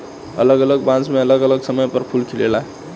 अलग अलग बांस मे अलग अलग समय पर फूल खिलेला